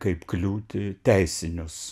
kaip kliūtį teisinius